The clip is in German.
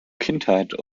kindheit